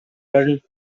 turned